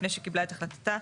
לפי שקיבלה את החלטתה.